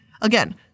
Again